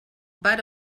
pare